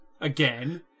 again